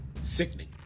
sickening